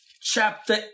chapter